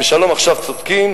ו"שלום עכשיו" צודקים.